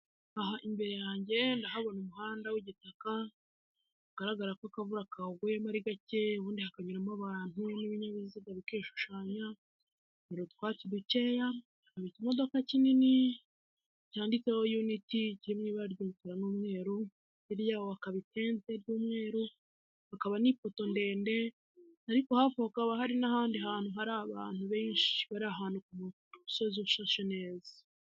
Aha imbere yange ndahabona umuhanda w'igitaka ugaragara ko akavura kaguyemo ari gake ubundi hakanyuramo abantu n'ibinyabiziga bikishushanya hari utwatsi dukeya hari ikimodoka kinini cyanditseho unit kiri mu ibara ry'umukara n'umweru, hirya yaho hakaba itente ry'umweru, hakaba n'ipoto ndende, ariko hafi aho hakaba hari n'ahandi hantu hari abantu benshi, bari ahantu ku musozi ushashe neza.